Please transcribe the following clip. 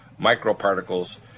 microparticles